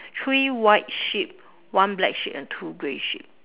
three white sheep one black sheep and two grey sheep